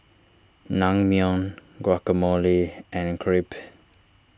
Naengmyeon Guacamole and Crepe